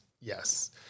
yes